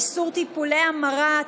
איסור טיפולי המרה),